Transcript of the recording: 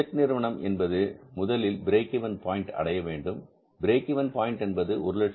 Z நிறுவனம் என்பது முதலில் பிரேக் இவென் பாயின்ட் அடைய வேண்டும் பிரேக் இவென் பாயின்ட் என்பது 105000